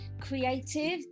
creative